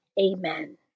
Amen